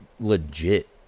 legit